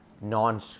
non